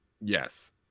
Yes